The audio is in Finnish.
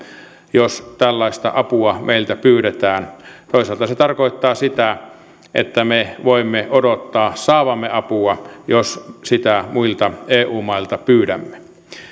jos tällaista apua meiltä pyydetään toisaalta se tarkoittaa sitä että me voimme odottaa saavamme apua jos sitä muilta eu mailta pyydämme